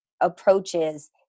approaches